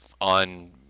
on